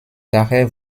daher